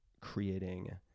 creating